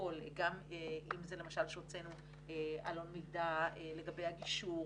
אם זה למשל שהוצאנו עלון מידע לגבי הגישור,